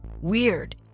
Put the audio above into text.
Weird